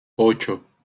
ocho